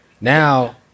now